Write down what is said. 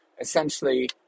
essentially